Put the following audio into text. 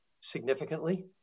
significantly